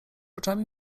oczami